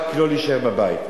רק לא להישאר בבית.